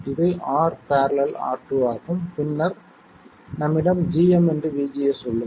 இது R parallel R2 ஆகும் பின்னர் நம்மிடம் gm vGS உள்ளது